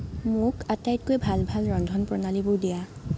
মোক আটাইতকৈ ভাল ভাল ৰন্ধন প্ৰণালীবোৰ দিয়া